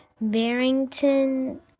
Barrington